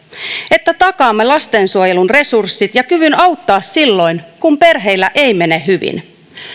että takaamme lastensuojelun resurssit ja kyvyn auttaa silloin kun perheillä ei mene hyvin